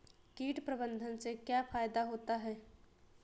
कीट प्रबंधन से क्या फायदा होता है?